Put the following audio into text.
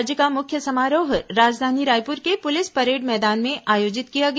राज्य का मुख्य समारोह राजधानी रायपुर के पुलिस परेड मैदान में आयोजित किया गया